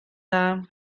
dda